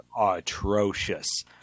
atrocious